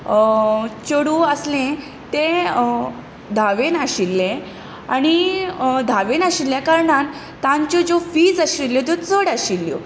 चेडूं आसलें तें धावेंत आशिल्लें आनी धावेंत आशिल्ल्या कारणान तांच्यो ज्यो फीज आशिल्ल्यो त्यो चड आशिल्यो आनी